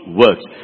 works